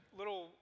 little